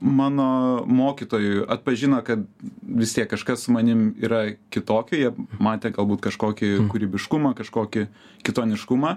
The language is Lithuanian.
mano mokytojų atpažino kad vis tiek kažkas su manim yra kitokio jie matė galbūt kažkokį kūrybiškumą kažkokį kitoniškumą